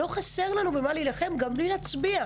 לא חסר לנו במה להילחם גם בלי להצביע,